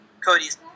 Cody's